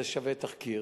זה שווה תחקיר,